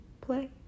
play